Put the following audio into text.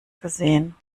gesehen